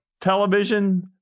television